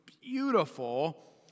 beautiful